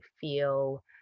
feel